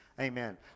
Amen